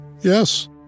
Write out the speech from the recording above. Yes